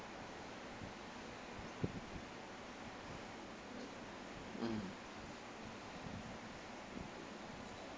mm